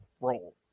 role